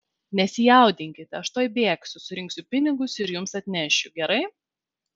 nesijaudinkite aš tuoj bėgsiu surinksiu pinigus ir jums atnešiu gerai